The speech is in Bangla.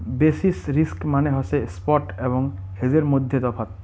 বেসিস রিস্ক মানে হসে স্পট এবং হেজের মইধ্যে তফাৎ